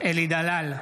אלי דלל,